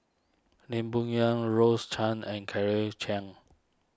Lim Bo Yam Rose Chan and Claire Chiang